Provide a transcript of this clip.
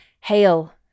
Hail